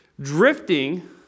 drifting